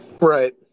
Right